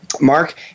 Mark